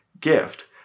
gift